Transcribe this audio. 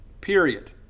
period